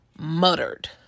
Muttered